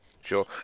sure